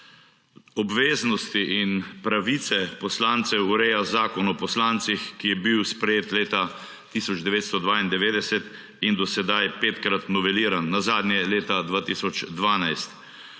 Obveznosti in pravice poslancev ureja Zakon o poslancih, ki je bil sprejet leta 1992 in do sedaj petkrat noveliran, nazadnje leta 2012.